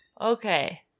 Okay